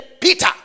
Peter